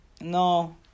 No